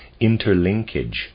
interlinkage